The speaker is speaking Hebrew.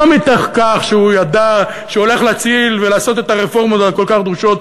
לא מתוך כך שהוא ידע שהוא הולך להציל ולעשות את הרפורמות הכל-כך דרושות